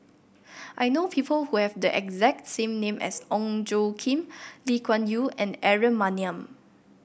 I know people who have the exact same name as Ong Tjoe Kim Lee Kuan Yew and Aaron Maniam